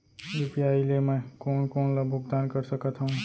UPI ले मैं कोन कोन ला भुगतान कर सकत हओं?